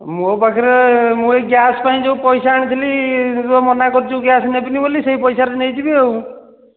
ମୋ ପାଖରେ ମୁଁ ଏ ଗ୍ୟାସ୍ପାଇଁ ଯୋଉ ପଇସା ଆଣିଥିଲି ତୁ ତ ମନା କରୁଛୁ ଗ୍ୟାସ୍ ନେବିନି ବୋଲି ସେ ପଇସାରେ ନେଇଯିବି ଆଉ